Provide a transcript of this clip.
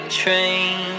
train